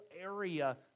area